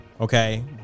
okay